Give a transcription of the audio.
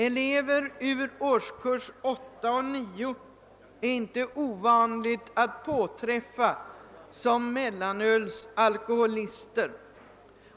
Det är inte ovanligt att påträffa elever från årskurserna 8 och 9 som är mellanölsalkoholister.